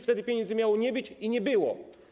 Wtedy pieniędzy miało nie być i nie było.